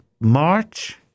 March